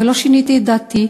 לא שיניתי את דעתי.